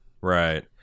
Right